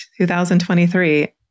2023